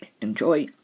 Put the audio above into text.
enjoy